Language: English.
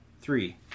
three